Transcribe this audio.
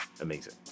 amazing